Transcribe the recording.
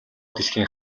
дэлхийн